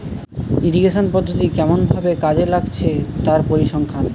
irrigation পদ্ধতি কেমন ভাবে কাজে লাগছে তার পরিসংখ্যান